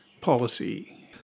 policy